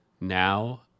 Now